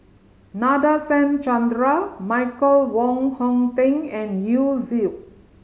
Nadasen Chandra Michael Wong Hong Teng and Yu Zhuye